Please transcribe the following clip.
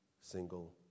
single